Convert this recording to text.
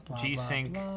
G-Sync